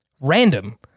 random